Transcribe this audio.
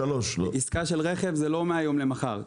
עסקה של רכב זה לא מהיום למחר.